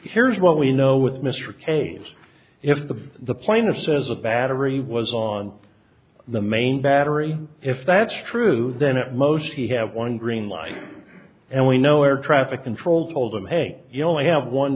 here's what we know with mr k s if the the plane that says a battery was on the main battery if that's true then at most he have one green light and we know air traffic control told him hey you only have one